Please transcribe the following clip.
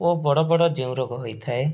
ଓ ବଡ଼ ବଡ଼ ଯେଉଁ ରୋଗ ହେଇଥାଏ